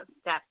step